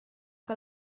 que